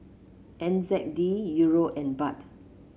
N Z D Euro and Baht